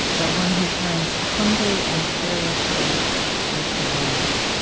but one who turns humbly and curiously towards the world.